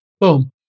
Boom